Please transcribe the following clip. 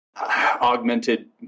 augmented